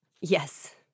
Yes